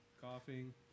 Coughing